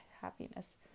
happiness